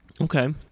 Okay